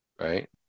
right